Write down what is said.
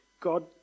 God